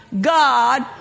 God